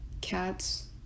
cats